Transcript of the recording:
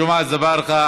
ג'מעה אזברגה.